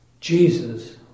Jesus